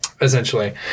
essentially